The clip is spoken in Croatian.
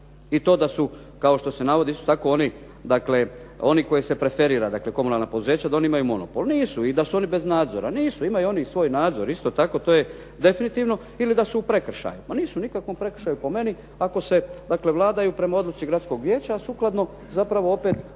isto tako oni, dakle oni koje se preferira, dakle komunalna poduzeća da oni imaju monopol. Nisu i da su oni bez nadzora. Nisu, imaju oni i svoj nadzor isto tako. To je definitivno ili da su u prekršaju. Ma nisu u nikakvom prekršaju po meni ako se dakle vladaju prema odluci gradskog vijeća, a sukladno zapravo opet